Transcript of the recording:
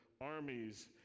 armies